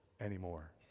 anymore